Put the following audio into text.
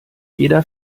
jeder